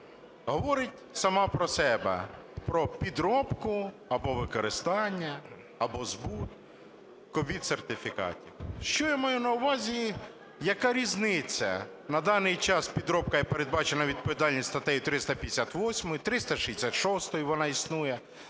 говорить сама про себе: про підробку або використання, або збут COVID-сертифікатів. Що я маю на увазі, яка різниця на даний час? Підробка, передбачена відповідальність статтею 358, 366-ю, вона існує,